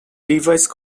device